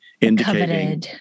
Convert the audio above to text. indicating